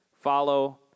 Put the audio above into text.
Follow